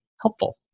helpful